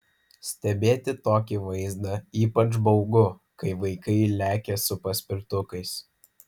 stebėti tokį vaizdą ypač baugu kai vaikai lekia su paspirtukais